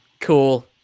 cool